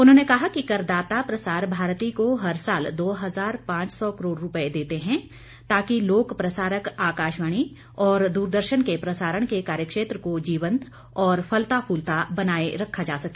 उन्होंने कहा कि कर दाता प्रसार भारती को हर साल दो हजार पांच सौ करोड़ रुपए देते हैं ताकि लोक प्रसारक आकाशवाणी और दूरदर्शन के प्रसारण के कार्यक्षेत्र को जीवंत और फलता फूलता बनाए रखा जा सके